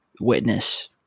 witness